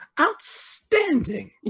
outstanding